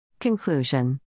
Conclusion